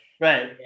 right